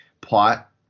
plot